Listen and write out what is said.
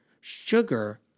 sugar